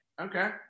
okay